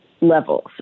levels